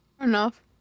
enough